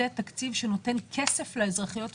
זה תקציב שנותן כסף לאזרחיות ולאזרחים,